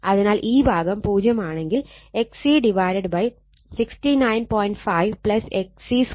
അതിനാൽ ഈ ഭാഗം 0 ആണെങ്കിൽ XC 69